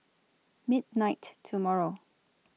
midnight tomorrow